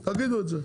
תגידו את זה.